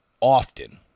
often